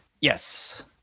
yes